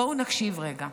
בואו נקשיב רגע.